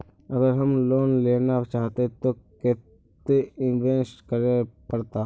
अगर हम लोन लेना चाहते तो केते इंवेस्ट करेला पड़ते?